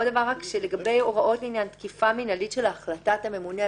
לגבי הוראות לעניין תקיפה מינהלית של החלטת הממונה,